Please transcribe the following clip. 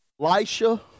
Elisha